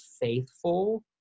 faithful